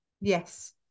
yes